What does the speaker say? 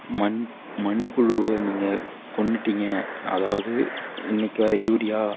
மண் மண்புழுவை நீங்கள் கொன்னுட்டீங்க அதாவது இன்னைக்கி வர்ற யூரியா